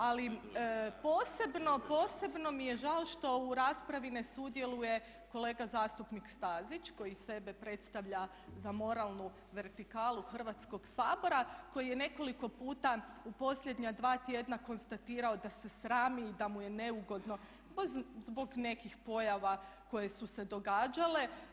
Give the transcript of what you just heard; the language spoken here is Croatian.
Ali, posebno mi je žao što u raspravi ne sudjeluje kolega zastupnik Stazić koji sebe predstavlja za moralnu vertikalu Hrvatskog sabora koji je nekoliko puta u posljednja dva tjedna konstatirao da se srami i da mu je neugodno zbog nekih pojava koje su se događale.